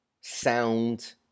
sound